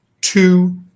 Two